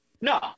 no